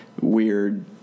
weird